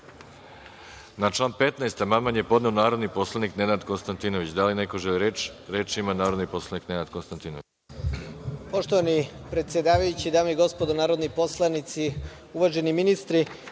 član 15. amandman je podneo narodni poslanik Nenad Konstantinović. Da li neko želi reč? (Da)Reč ima narodni poslanik Nenad Konstantinović.